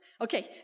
okay